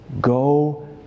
go